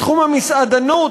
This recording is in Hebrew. בתחום המסעדנות,